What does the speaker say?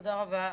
תודה רבה.